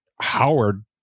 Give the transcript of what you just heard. Howard